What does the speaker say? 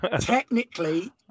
Technically